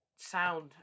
sound